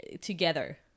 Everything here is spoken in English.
together